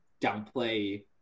downplay